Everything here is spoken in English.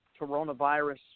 coronavirus